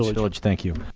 village. village, thank you.